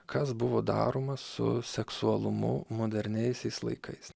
kas buvo daroma su seksualumu moderniaisiais laikais